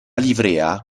livrea